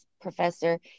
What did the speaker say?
professor